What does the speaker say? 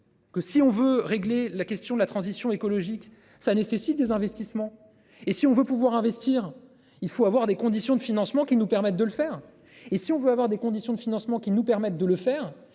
Que si on veut régler la question de la transition écologique, ça nécessite des investissements. Et si on veut pouvoir investir, il faut avoir des conditions de financement qui nous permettent de le faire et si on veut avoir des conditions de financement qui nous permettent de le faire,